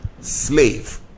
slave